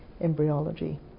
embryology